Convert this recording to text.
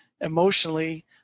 emotionally